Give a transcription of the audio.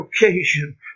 occasion